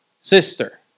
sister